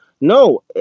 No